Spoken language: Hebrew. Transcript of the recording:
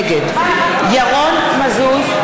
נגד ירון מזוז,